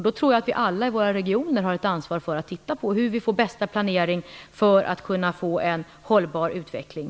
Då har vi alla i våra regioner ett ansvar för hur vi får bästa planering för en hållbar utveckling.